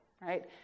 right